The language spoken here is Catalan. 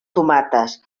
tomates